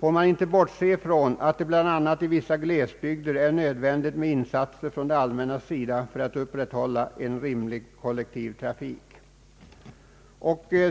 finge man inte bortse från att det bl.a. i vissa glesbygder vore nödvändigt med insatser från det allmännas sida för att upprätthålla en rimlig kollektiv trafik.